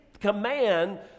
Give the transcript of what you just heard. command